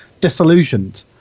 disillusioned